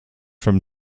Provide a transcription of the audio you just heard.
from